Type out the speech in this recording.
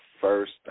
first